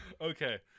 okay